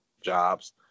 jobs